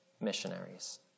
missionaries